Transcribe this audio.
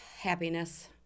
Happiness